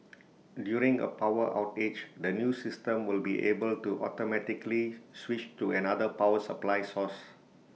during A power outage the new system will be able to automatically switch to another power supply source